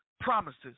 promises